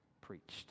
preached